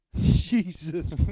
Jesus